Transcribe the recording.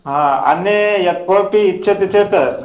हा अन्ये यत् कोपि इच्छति चेत्